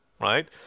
right